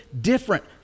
different